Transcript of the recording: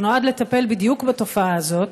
שנועד לטפל בדיוק בתופעה הזאת,